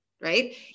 right